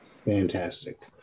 Fantastic